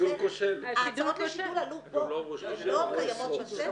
הן לא קיימות בשטח.